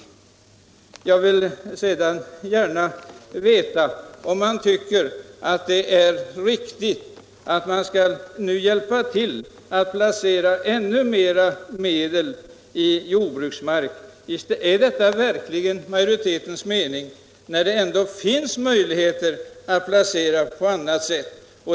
Sedan vill jag gärna veta om herr Andersson tycker det är riktigt att vi skall hjälpa kyrkan att placera ännu mer medel i jordbruksmark. Är detta verkligen majoritetens mening, när det ändå finns möjligheter att placera medlen på annat sätt?